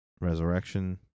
Resurrection